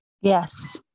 Yes